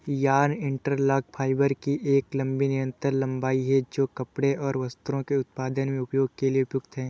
yarn interlock fibre की एक लंबी निरंतर लंबाई है, जो कपड़े और वस्त्रों के उत्पादन में उपयोग के लिए उपयुक्त है